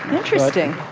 interesting.